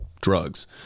drugs